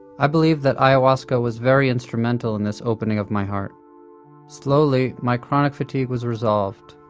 i believe that ayahuasca was very instrumental in this opening of my heart slowly, my chronic fatigue was resolved,